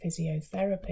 physiotherapy